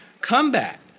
comeback